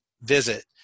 visit